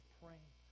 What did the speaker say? praying